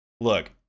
Look